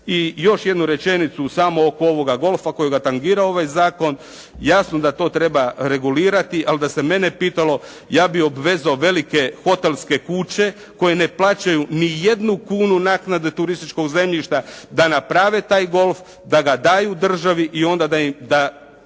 I još jednu rečenicu samo oko ovoga golfa kojega tangira ovaj zakon. Jasno da to treba regulirati, ali da se mene pitalo ja bih obvezao velike hotelske kuće koje ne plaćaju ni jednu kunu naknade turističkog zemljišta da naprave taj golf, da ga daju državi i onda da